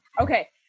Okay